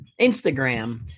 Instagram